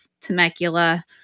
Temecula